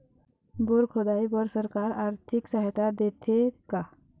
Bore खोदाई बर सरकार आरथिक सहायता देथे का?